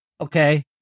Okay